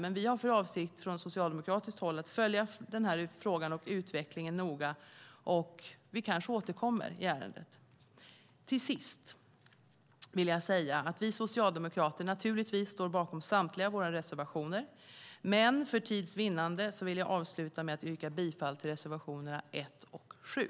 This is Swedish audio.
Men vi har från socialdemokratiskt håll för avsikt att följa denna fråga och utvecklingen noga, och vi kanske återkommer i ärendet. Vi socialdemokrater står naturligtvis bakom samtliga våra reservationer, men för tids vinnande vill jag avsluta med att yrka bifall till reservationerna 1 och 7.